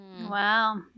Wow